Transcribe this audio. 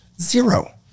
Zero